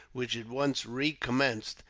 which at once recommenced,